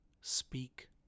speak